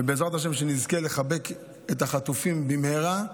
ובעזרת השם שנזכה לחבק את החטופים במהרה,